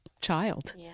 child